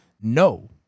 No